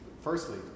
Firstly